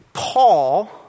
Paul